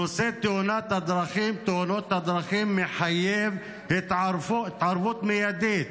נושא תאונות הדרכים מחייב התערבות מיידית.